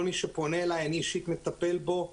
כל מי שפונה אלי, אני אישית מטפל בו.